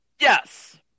Yes